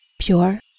pure